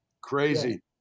Crazy